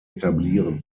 etablieren